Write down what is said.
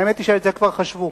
האמת היא שאת זה כבר חשבו,